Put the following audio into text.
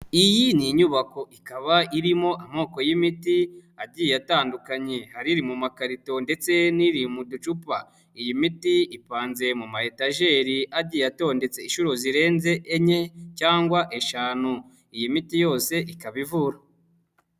Iyi ni inyubako ikaba irimo amoko y'imiti agiye atandukanye, hari iri mu makarito ndetse n'iri mu ducupa, iyi miti ipanze mu mayetajeri agiye atondetse inshuro zirenze enye cyangwa eshanu, iyi miti yose ikaba ivura.